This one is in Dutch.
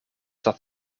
dat